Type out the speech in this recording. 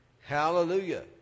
Hallelujah